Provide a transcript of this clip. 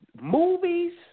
movies